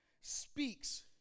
speaks